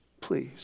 please